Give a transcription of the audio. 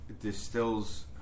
distills